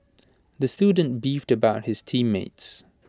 the student beefed about his team mates